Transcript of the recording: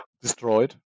destroyed